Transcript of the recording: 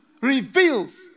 reveals